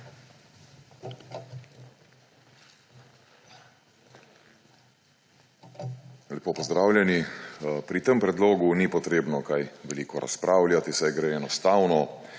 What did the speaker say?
Lepo pozdravljeni! Pri tem predlogu ni potrebno kaj veliko razpravljati, saj gre enostavno